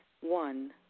One